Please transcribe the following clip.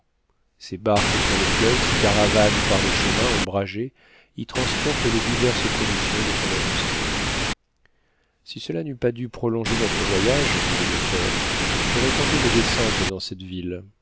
ses barques sur le fleuve ses caravanes par les chemins ombragés y transportent les diverses productions de son industrie si cela n'eût pas dû prolonger notre voyage dit le docteur j'aurais tenté de descendre dans cette ville